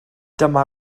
dyma